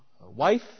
Wife